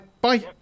Bye